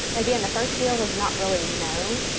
again, the first year was not really known.